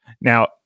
Now